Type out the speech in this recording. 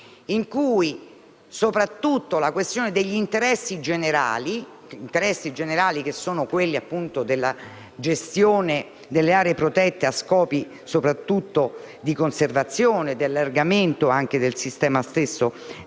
in cui soprattutto gli interessi generali - sono quelli della gestione delle aree protette a scopi soprattutto di conservazione e di allargamento del sistema stesso